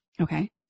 okay